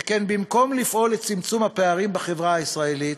שכן במקום לפעול לצמצום הפערים בחברה הישראלית,